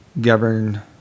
govern